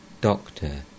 Doctor